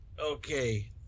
Okay